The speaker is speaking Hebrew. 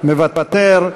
מוותר.